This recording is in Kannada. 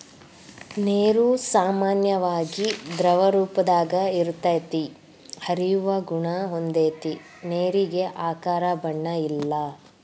ನೇರು ಸಾಮಾನ್ಯವಾಗಿ ದ್ರವರೂಪದಾಗ ಇರತತಿ, ಹರಿಯುವ ಗುಣಾ ಹೊಂದೆತಿ ನೇರಿಗೆ ಆಕಾರ ಬಣ್ಣ ಇಲ್ಲಾ